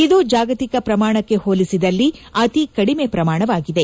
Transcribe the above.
ಇದು ಜಾಗತಿಕ ಪ್ರಮಾಣಕ್ಕೆ ಹೋಲಿಸಿದಲ್ಲಿ ಅತಿ ಕಡಿಮೆ ಪ್ರಮಾಣವಾಗಿದೆ